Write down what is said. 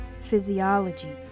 Physiology